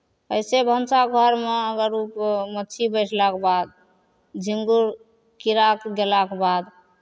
अइसे भनसा घरमे अगर माछी बैठलाके बाद झिङ्गुर कीड़ाके गेलाके बाद